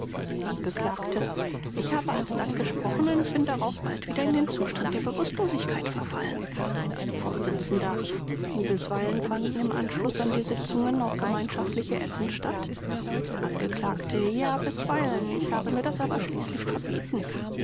angekl ich habe alsdann gesprochen und bin darauf bald wieder in den zustand der bewußtlosigkeit verfallen vors bisweilen fanden im anschluß an die sitzungen auch gemeinschaftliche essen statt angekl ja bisweilen ich habe mir das aber schließlich verbeten